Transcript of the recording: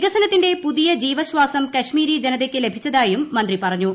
വികസനത്തിന്റെ പുതിയ ജീവശ്വാസം കശ്മീരി ജന്തൃയ്ക്ക് ലഭിച്ചതായും മന്ത്രി പറഞ്ഞു